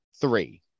three